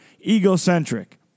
egocentric